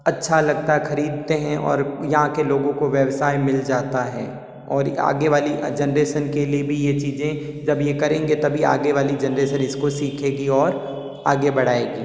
अच्छा लगता है खरीदते हैं और यहाँ के लोगों को व्यवसाय मिल जाता है और आगे वाली जनरेशन के लिए भी ये चीज़ें जब ये करेंगे तभी आगे वाली जनरेशन इसको सीखेगी और आगे बढ़ाएगी